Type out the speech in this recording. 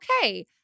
okay